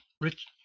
Rich